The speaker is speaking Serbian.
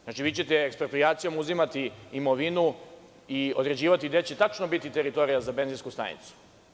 Znači, vi ćete eksproprijacijom uzimati imovinu i određivati gde će tačno biti teritorija za benzinsku stanicu.